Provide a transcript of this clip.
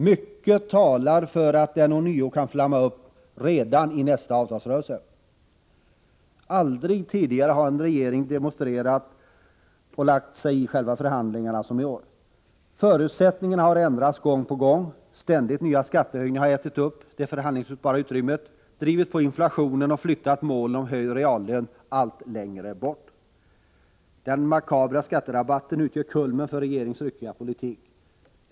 Mycket talar för att den ånyo kan flamma upp redan i nästa avtalsrörelse. Aldrig tidigare har en regering så demonstrativt lagt sig i själva förhandlingarna som i år. Förutsättningarna har ändrats gång på gång, ständigt nya skattehöjningar har ätit upp det förhandlingsbara utrymmet, drivit på inflationen och flyttat målet om höjd reallön allt längre bort. Den makabra skatterabatten utgör kulmen för regeringens ryckiga politik.